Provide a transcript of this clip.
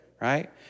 right